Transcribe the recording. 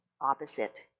opposite